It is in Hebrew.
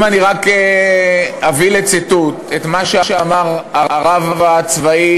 אם אני רק אביא לציטוט את מה שאמר הרב הצבאי